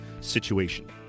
Situation